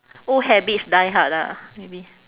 old habits die hard ah maybe